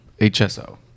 HSO